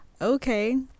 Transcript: Okay